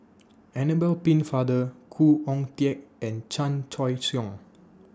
Annabel Pennefather Khoo Oon Teik and Chan Choy Siong